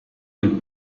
del